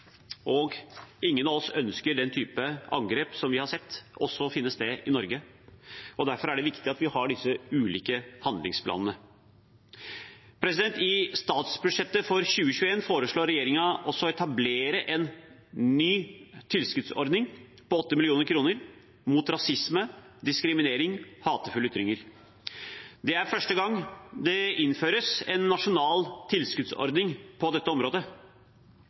og meningsutveksling. Ingen av oss ønsker at den type angrep som vi har sett, også finner sted i Norge. Derfor er det viktig at vi har disse ulike handlingsplanene. I statsbudsjettet for 2021 foreslår regjeringen å etablere en ny tilskuddsordning på 8 mill. kr mot rasisme, diskriminering og hatefulle ytringer. Det er første gang det innføres en nasjonal tilskuddsordning på dette området.